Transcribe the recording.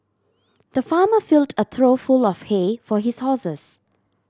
the farmer filled a trough full of hay for his horses